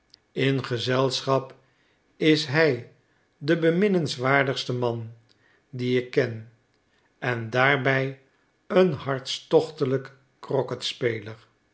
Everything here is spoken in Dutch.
in gezelschap is hij de beminnenswaardigste man dien ik ken en daarbij een hartstochtelijk